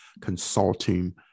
consulting